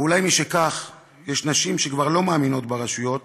ואולי משכך יש נשים שכבר לא מאמינות ברשויות